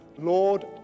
Lord